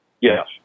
Yes